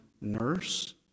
nurse